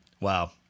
Wow